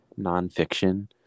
nonfiction